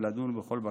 ולדון בכל בקשה.